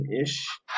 ish